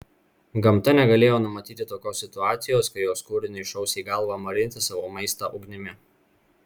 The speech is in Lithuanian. gamta negalėjo numatyti tokios situacijos kai jos kūriniui šaus į galvą marinti savo maistą ugnimi